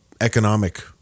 economic